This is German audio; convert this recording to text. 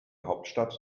hauptstadt